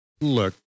Look